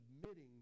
submitting